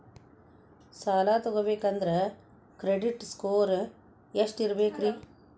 ಸಾಲ ತಗೋಬೇಕಂದ್ರ credit score ಎಷ್ಟ ಇರಬೇಕ್ರಿ?